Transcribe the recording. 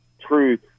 truth